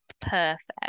perfect